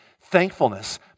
Thankfulness